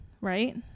right